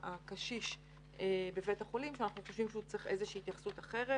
הקשיש בבית החולים שאנחנו חושבים שהוא צריך התייחסות אחרת.